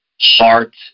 heart